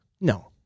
No